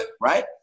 right